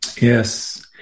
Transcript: Yes